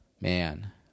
man